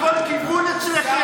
יש מה שנקרא להפסיד בכבוד.